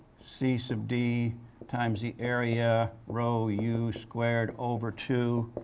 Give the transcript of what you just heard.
c sub d times the area row u squared over two